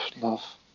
love